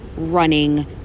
running